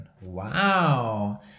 Wow